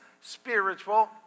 spiritual